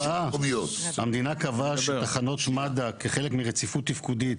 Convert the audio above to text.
המדינה קבעה שתחנות מד"א כחלק מרציפות תפקודית